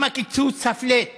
גם הקיצוץ, ה-flat